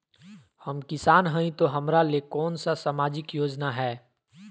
हम किसान हई तो हमरा ले कोन सा सामाजिक योजना है?